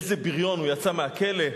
איזה בריון הוא יצא מהכלא.